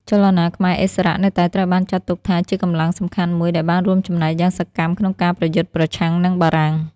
ចលនាខ្មែរឥស្សរៈនៅតែត្រូវបានចាត់ទុកថាជាកម្លាំងសំខាន់មួយ ដែលបានរួមចំណែកយ៉ាងសកម្មក្នុងការប្រយុទ្ធប្រឆាំងនឹងបារាំង។